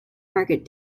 market